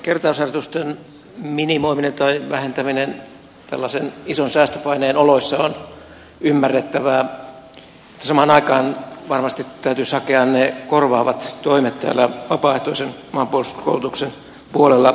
kertausharjoitusten minimoiminen tai vähentäminen tällaisen ison säästöpaineen oloissa on ymmärrettävää mutta samaan aikaan varmasti täytyisi hakea ne korvaavat toimet täällä vapaaehtoisen maanpuolustuskoulutuksen puolella